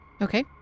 Okay